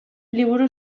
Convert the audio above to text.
liburu